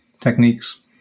techniques